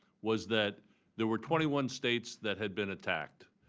was that there were twenty one states that had been attacked.